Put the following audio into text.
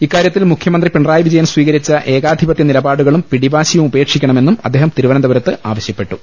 ഇക്കാര്യത്തിൽ മുഖ്യമന്ത്രി പിണറായി വിജയൻ സ്വീക രിച്ച ഏകാധിപത്യനിലപാടുകളും പിടിവാശിയും ഉപേക്ഷിക്കണ മെന്നും അദ്ദേഹം തിരുവനന്തപുരത്ത് ആവശ്യപ്പെട്ടു